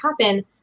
happen